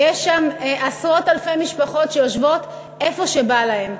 ויש שם עשרות אלפי משפחות שיושבות איפה שבא להן.